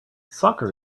soccer